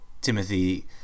Timothy